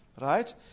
right